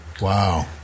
wow